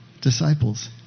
disciples